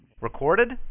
Recorded